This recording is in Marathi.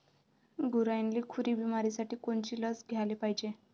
गुरांइले खुरी बिमारीसाठी कोनची लस द्याले पायजे?